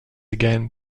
again